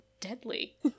deadly